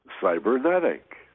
cybernetic